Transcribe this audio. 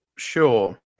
Sure